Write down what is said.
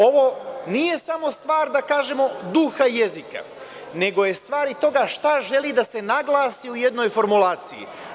Ovo nije samo stvar duha jezika, nego je stvar toga šta želi da se naglasi u jednoj formulaciji.